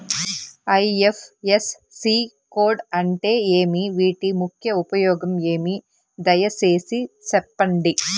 IFSC code అంటే ఏమి? వీటి ముఖ్య ఉపయోగం ఏమి? దయసేసి సెప్పండి?